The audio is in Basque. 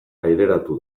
aireratu